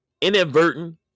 inadvertent